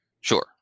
Sure